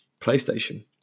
PlayStation